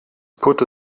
put